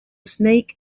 snake